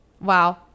wow